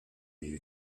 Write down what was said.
you